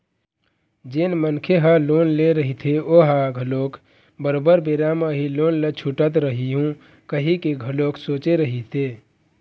जेन मनखे ह लोन ले रहिथे ओहा घलोक बरोबर बेरा म ही लोन ल छूटत रइहूँ कहिके घलोक सोचे रहिथे